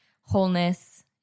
wholeness